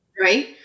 right